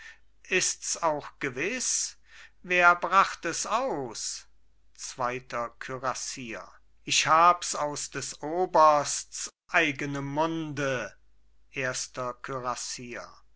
ists auch gewiß wer bracht es aus zweiter kürassier ich habs aus des obersts eigenem munde erster